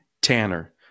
Tanner